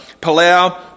Palau